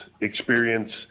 experience